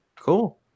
Cool